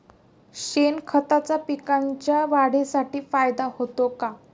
शेणखताचा पिकांच्या वाढीसाठी फायदा होतो का?